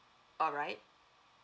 alright